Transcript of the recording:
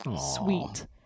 sweet